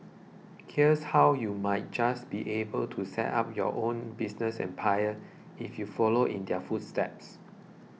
here's how you might just be able to set up your own business empire if you follow in their footsteps